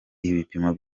ibipimo